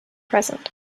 present